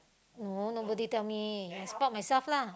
no nobody tell me I spot myself lah